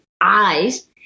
eyes